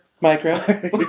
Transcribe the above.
micro